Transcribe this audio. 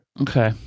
okay